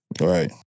Right